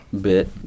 Bit